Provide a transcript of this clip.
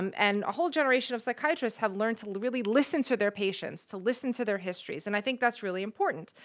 um and a whole generation of psychiatrists have learned to really listen to their patients, to listen to their histories, and i that's really important.